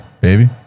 baby